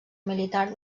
militar